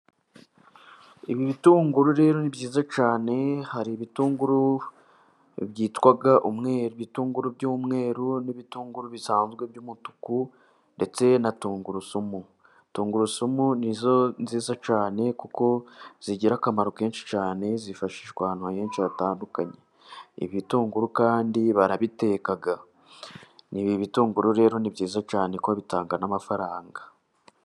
Ibitunguru rero ni byiza cyane, hari ibitunguru byitwa umweru, ni bitunguru by'umweru, n'ibitunguru bisanzwe by'umutuku, ndetse na tungurusumu. Tungurusumu nizo nziza cyane, kuko zigira akamaro kenshi cyane, zifashishwa ahantu henshi hatandukanye. Ibitunguru kandi barabiteka. Ibi bitunguru rero ni byiza cyane kuko bitanga n'amafaranga.